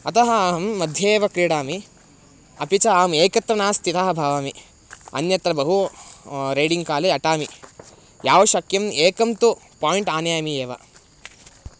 अतः अहं मध्ये एव क्रीडामि अपि च अहम् एकत्र न स्थितः भवामि अन्यत्र बहु रैडिङ्ग्काले अटामि यावत् शक्यम् एकं तु पायिण्ट् आनयामि एव